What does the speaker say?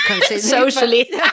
socially